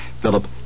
Philip